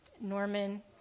Norman